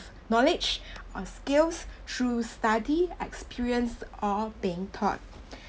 knowledge or skills through study experience or being taught